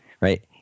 right